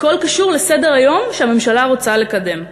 הכול קשור לסדר-היום שהממשלה רוצה לקדם.